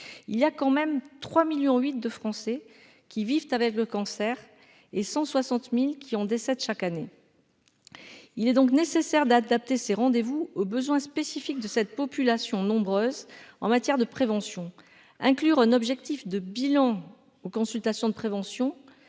il y a quand même 3 millions huit de Français qui vivent avec le cancer et 160000 qui en décèdent chaque année, il est donc nécessaire d'adapter ses rendez-vous aux besoins spécifiques de cette population nombreuse en matière de prévention inclure un objectif de bilan aux consultations de prévention